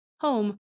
home